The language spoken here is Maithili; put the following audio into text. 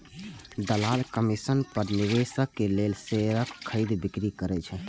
दलाल कमीशन पर निवेशक लेल शेयरक खरीद, बिक्री करै छै